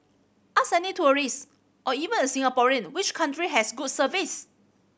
ask any tourist or even a Singaporean which country has good service